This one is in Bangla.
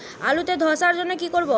আলুতে ধসার জন্য কি করব?